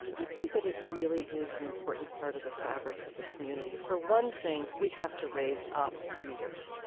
i think that it really is an important part of the fabric of the community. for one thing, thing, we have to raise up readers.